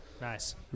Nice